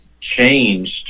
changed